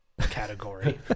category